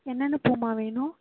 என்னென்ன பூம்மா வேணும்